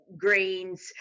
grains